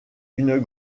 une